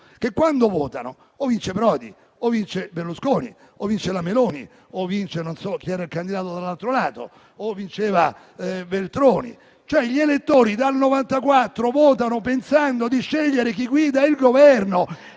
che, quando votano, o vince Prodi, o vince Berlusconi, o vince la Meloni, o vince non so chi era il candidato dall'altro lato, o vince Veltroni. Gli elettori dal 1994 votano pensando di scegliere chi guida il Governo.